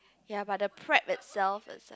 ya but the prep itself is